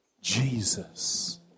Jesus